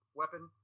weapon